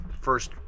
first